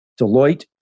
Deloitte